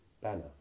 banner